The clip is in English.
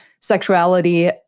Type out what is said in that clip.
sexuality